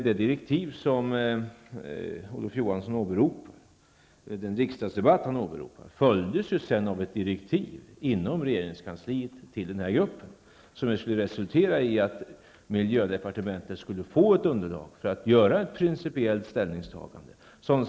De direktiv som Olof Johansson nämnde i den riksdagsdebatt som han åberopar följdes sedan av ett direktiv inom regeringskansliet till arbetsgruppen vilket skulle resultera i att miljödepartementet skulle få ett underlag för att göra ett principiellt ställningstagande.